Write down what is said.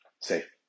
safe